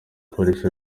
polisi